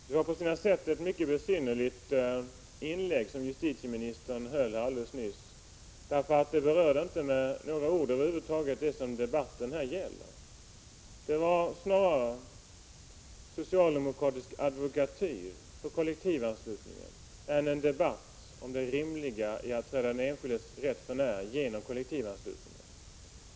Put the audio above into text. Fru talman! Det var på sitt sätt ett mycket besynnerligt inlägg som justitieministern gjorde alldeles nyss, där han över huvud taget inte med ett ord berörde det som debatten här gäller. Det var snarare socialdemokratisk advokatyr för kollektivanslutningen än ett debattinlägg om det rimliga i att träda den enskildes rätt för när genom kollektivanslutningen.